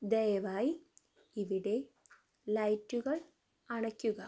ദയവായി ഇവിടെ ലൈറ്റുകൾ അണയ്ക്കുക